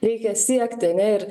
reikia siekti ane ir